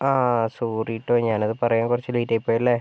ആ സോറി കേട്ടോ ഞാനത് പറയാൻ കുറച്ച് ലേറ്റ് ആയി പോയി അല്ലേ